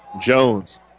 Jones